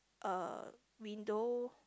a window